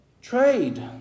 Trade